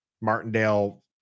Martindale